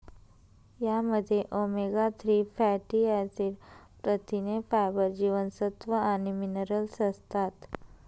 यामध्ये omega three fatty acid, प्रथिने, fibre, जीवनसत्व आणि मिनरल्स असतात